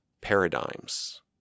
paradigms